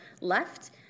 left